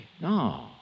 No